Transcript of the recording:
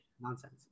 Nonsense